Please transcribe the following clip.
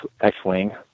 X-Wing